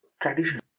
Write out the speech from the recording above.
Tradition